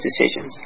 decisions